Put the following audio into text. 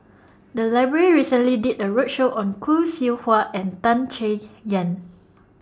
The Library recently did A roadshow on Khoo Seow Hwa and Tan Chay Yan